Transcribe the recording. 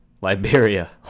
liberia